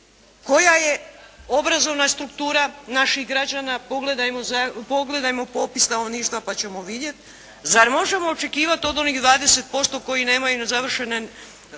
koja je obrazovna struktura naših građana, pogledajmo popis stanovništva pa ćemo vidjeti. Zar možemo očekivati od onih 20% koji nemaju ni završene